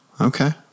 Okay